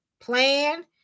plan